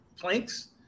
planks